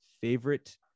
favorite